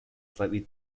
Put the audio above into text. slightly